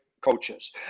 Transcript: coaches